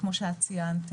וכמו שאת ציינת,